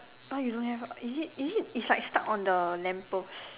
why you don't have is it is it it's like stuck on the lamp post